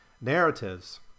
narratives